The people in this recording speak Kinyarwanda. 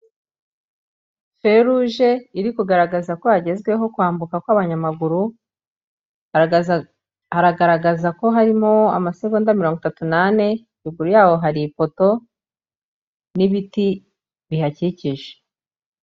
Feruje iri kugaragaza ko hagezweho kwambuka kw'abanyamaguru, haragaragaza ko harimo amasegonda mirongo itatu n'ane, ruguru yaho hari ipoto, n'ibiti bihakikije.